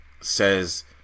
says